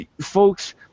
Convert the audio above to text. Folks